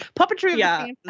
puppetry